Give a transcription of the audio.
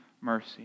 mercy